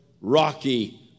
Rocky